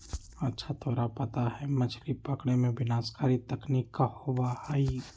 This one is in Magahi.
अच्छा तोरा पता है मछ्ली पकड़े में विनाशकारी तकनीक का होबा हई?